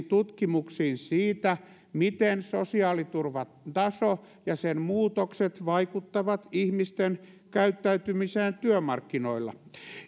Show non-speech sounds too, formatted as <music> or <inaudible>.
<unintelligible> tutkimuksiin siitä miten sosiaaliturvan taso ja sen muutokset vaikuttavat ihmisten käyttäytymiseen työmarkkinoilla